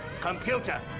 Computer